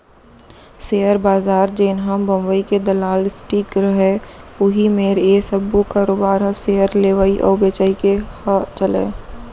share बजार जेनहा बंबई के दलाल स्टीक रहय उही मेर ये सब्बो कारोबार ह सेयर लेवई अउ बेचई के ह चलय